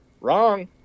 wrong